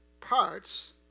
parts